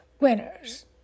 Winners